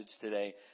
today